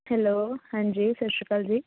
hello ਹਾਂਜੀ ਸਤਿ ਸ਼੍ਰੀ ਅਕਾਲ ਜੀ